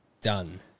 done